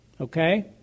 Okay